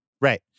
Right